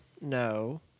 No